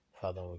Father